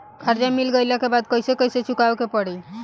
कर्जा मिल गईला के बाद कैसे कैसे चुकावे के पड़ी?